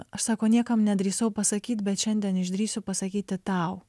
aš sako niekam nedrįsau pasakyt bet šiandien išdrįsiu pasakyti tau